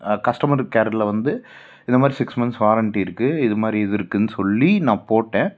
customer கேரில் வந்து இதை மாதிரி சிக்ஸ் மந்த்ஸ் வாரண்டி இருக்குது இது மாதிரி இது இருக்குதுன்னு சொல்லி நான் போட்டேன்